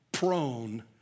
Prone